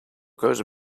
goes